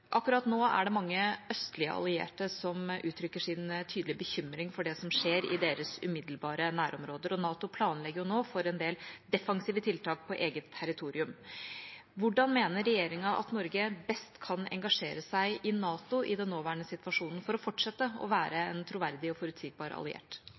Akkurat nå er det mange østlige allierte som uttrykker sin tydelige bekymring for det som skjer i deres umiddelbare nærområder, og NATO planlegger nå for en del defensive tiltak på eget territorium. Hvordan mener regjeringa at Norge best kan engasjere seg i NATO i den nåværende situasjonen for å fortsette å